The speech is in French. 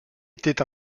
était